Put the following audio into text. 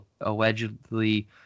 allegedly